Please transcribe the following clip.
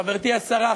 חברתי השרה,